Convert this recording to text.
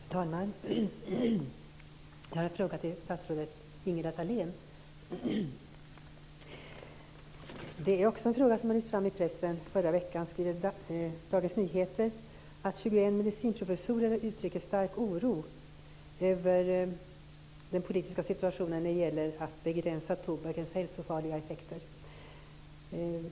Fru talman! Jag har en fråga till statsrådet Ingela Thalén, och det är också en fråga som också lyftes fram i pressen i förra veckan. I Dagens Nyheter uttrycker 21 medicinprofessorer stark oro över den politiska situationen när det gäller att begränsa tobakens hälsofarliga effekter.